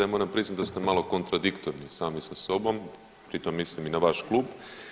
Ja moramo priznati da ste malo kontradiktorni sami sa sobom i to mislim i na vaš klub.